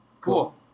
Cool